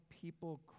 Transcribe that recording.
people